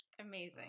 amazing